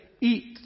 eat